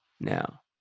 now